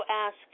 ask